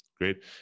Great